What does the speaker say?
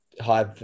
high